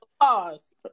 pause